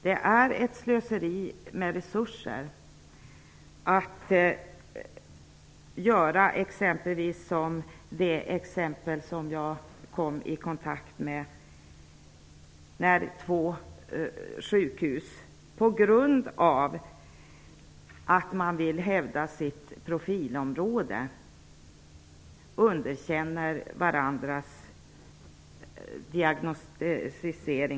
Jag kom i kontakt med ett exempel där två sjukhus på grund av att man ville hävda sitt profilområde underkände och gjorde om varandras diagnoser.